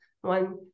one